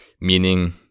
meaning